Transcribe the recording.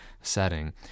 setting